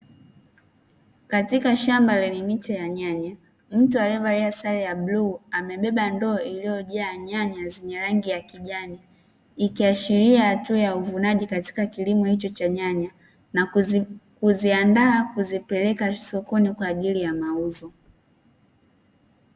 Katika shamba lenye miche ya nyanya, mtu aliyevalia sare ya bluu amebeba ndoo iliyojaa nyanya zenye rangi ya kijani, ikiashiria hatua ya uvunaji katika kilimo hicho cha nyanya na kuziandaa kuzipeleka sokoni kwa ajili ya mauzo.